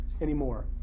anymore